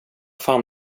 fan